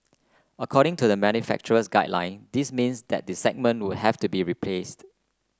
according to the manufacturer's guideline this means that the segment would have to be replaced